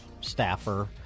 staffer